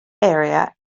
area